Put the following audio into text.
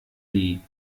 die